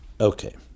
Okay